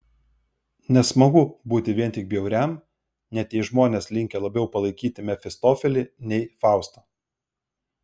nesmagu būti vien tik bjauriam net jei žmonės linkę labiau palaikyti mefistofelį nei faustą